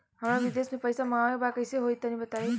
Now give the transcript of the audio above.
हमरा विदेश से पईसा मंगावे के बा कइसे होई तनि बताई?